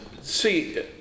See